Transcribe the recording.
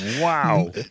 Wow